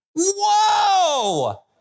Whoa